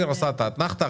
אופיר עשה את האתנחתא,